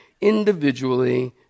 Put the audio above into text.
individually